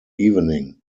evening